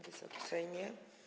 Wysoki Sejmie!